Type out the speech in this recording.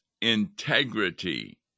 integrity